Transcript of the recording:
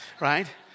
Right